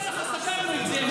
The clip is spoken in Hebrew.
אני אומר לך, סגרנו את זה.